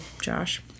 Josh